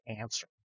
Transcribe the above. answer